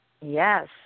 Yes